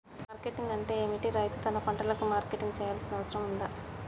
Marketing అంటే ఏమిటి? రైతు తన పంటలకు మార్కెటింగ్ చేయాల్సిన అవసరం ఉందా?